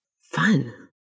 Fun